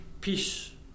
peace